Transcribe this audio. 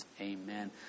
amen